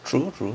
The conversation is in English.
true true